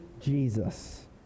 Jesus